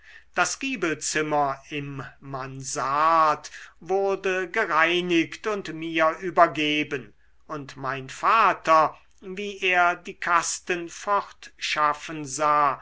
das giebelzimmer im mansard wurde gereinigt und mir übergeben und mein vater wie er die kasten fortschaffen sah